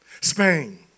Spain